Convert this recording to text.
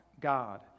God